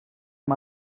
amb